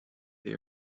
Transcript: they